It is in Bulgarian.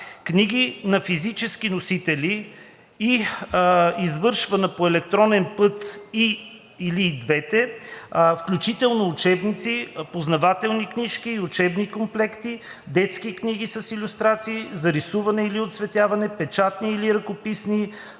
книги на физически носители или извършвана по електронен път или и двете, включително учебници, познавателни книжки и учебни комплекти, детски книги с илюстрации, за рисуване или оцветяване, печатни или ръкописни